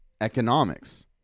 economics